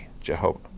Jehovah